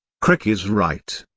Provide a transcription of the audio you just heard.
crick is right.